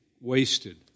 wasted